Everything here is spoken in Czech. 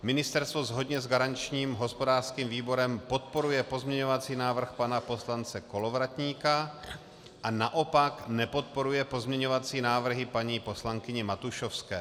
Ministerstvo shodně s garančním hospodářským výborem podporuje pozměňovací návrh pana poslance Kolovratníka a naopak nepodporuje pozměňovací návrhy paní poslankyně Matušovské.